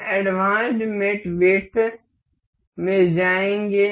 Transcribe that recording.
हम advanced mat width में जाएंगे